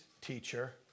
teacher